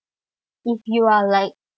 if you are like